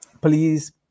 please